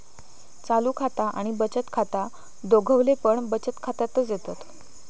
चालू खाता आणि बचत खाता दोघवले पण बचत खात्यातच येतत